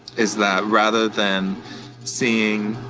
is that rather than seeing